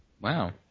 Wow